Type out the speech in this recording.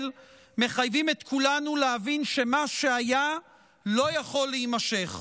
מחייבים את כולנו להבין שמה שהיה לא יכול להימשך.